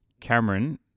Cameron